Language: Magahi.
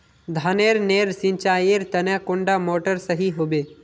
धानेर नेर सिंचाईर तने कुंडा मोटर सही होबे?